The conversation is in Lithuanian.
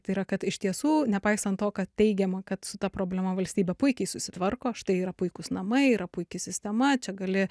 tai yra kad iš tiesų nepaisant to kad teigiama kad su ta problema valstybė puikiai susitvarko štai yra puikūs namai yra puiki sistema čia gali